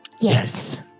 Yes